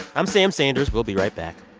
i'm sam sanders. we'll be right back